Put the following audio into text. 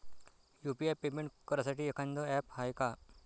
UPI payment करासाठी एखांद app हाय का?